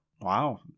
Wow